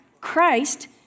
Christ